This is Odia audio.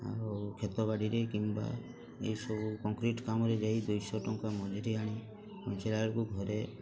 ଆଉ କ୍ଷେତବାଡ଼ିରେ କିମ୍ବା ଏ ସବୁ କଂକ୍ରିଟ୍ କାମରେ ଯାଇ ଦୁଇଶହ ଟଙ୍କା ମଜୁରି ଆଣି ପହଞ୍ଚିଲାବେଳକୁ ଘରେ